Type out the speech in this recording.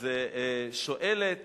אז שואלת